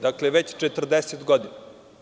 Dakle, već 40 godina.